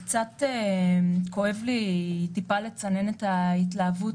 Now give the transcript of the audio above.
כואב לי טיפה לצנן את ההתלהבות,